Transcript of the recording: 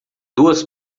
duas